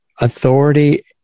authority